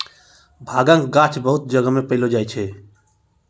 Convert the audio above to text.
भांगक गाछ बहुत जगह नै पैलो जाय छै